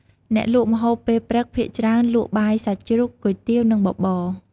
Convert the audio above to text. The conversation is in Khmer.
អ្នកលក់ម្ហូបពេលព្រឹកភាគច្រើនលក់បាយសាច់ជ្រូក គុយទាវ និងបបរ។